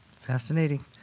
Fascinating